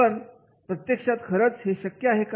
पण प्रत्यक्षात खरंच हे शक्य आहे का